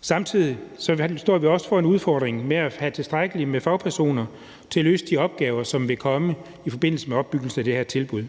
Samtidig står vi også foran udfordringen med at have tilstrækkeligt med fagpersoner til at løse de opgaver, som vil komme i forbindelse med opbygningen af det her tilbud.